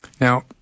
Now